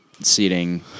seating